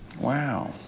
wow